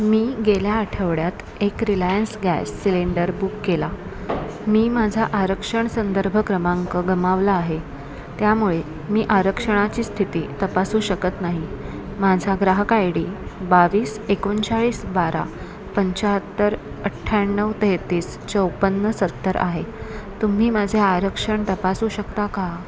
मी गेल्या आठवड्यात एक रिलायन्स गॅस सिलेंडर बुक केला मी माझा आरक्षण संदर्भ क्रमांक गमावला आहे त्यामुळे मी आरक्षणाची स्थिती तपासू शकत नाही माझा ग्राहक आय डी बावीस एकोणचाळीस बारा पंच्याहत्तर अठ्ठ्याण्णव तेहतीस चोपन्न सत्तर आहे तुम्ही माझे आरक्षण तपासू शकता का